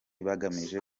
bagamije